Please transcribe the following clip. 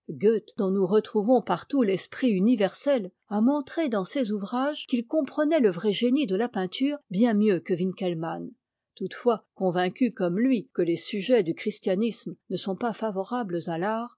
dont nous retrouvons partout l'esprit universel a mon tré dans ses ouvrages qu'il comprenait le vrai génie de la peinture bien mieux que winke mann toutefois convaincu comme lui que tes sujets du christianisme ne sont pas favorables à l'art